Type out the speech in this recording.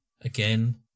again